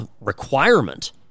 requirement